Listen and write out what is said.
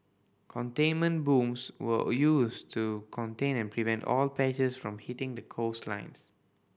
containment booms were used to contain and prevent oil patches from hitting the coastlines